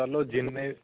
ਤੁਹਾਨੂੰ ਜਿੰਨੇ